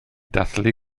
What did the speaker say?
dathlu